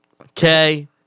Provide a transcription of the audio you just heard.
Okay